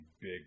big